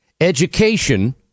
education